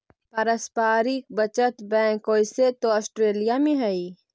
पारस्परिक बचत बैंक ओइसे तो ऑस्ट्रेलिया में हइ